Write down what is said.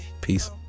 Peace